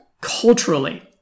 culturally